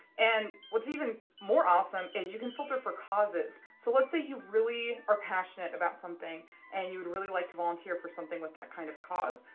and what's even more awesome is you can filter for causes, so let's say you really are passionate about something and you would really like to volunteer for something with that kind of cause,